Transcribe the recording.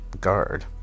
guard